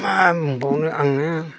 मा होनबावनो आङो